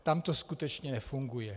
Tam to skutečně nefunguje.